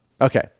Okay